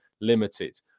limited